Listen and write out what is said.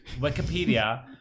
wikipedia